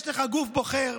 יש לך גוף בוחר,